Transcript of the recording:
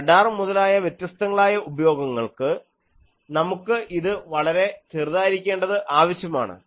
radar മുതലായ വ്യത്യസ്തങ്ങളായ ഉപയോഗങ്ങൾക്ക് നമുക്ക് ഇത് വളരെ ചെറുതായിരിക്കേണ്ടത് ആവശ്യമാണ്